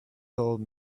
told